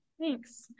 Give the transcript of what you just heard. Thanks